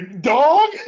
Dog